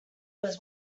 was